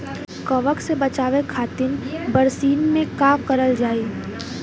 कवक से बचावे खातिन बरसीन मे का करल जाई?